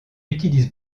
utilise